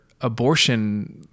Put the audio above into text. abortion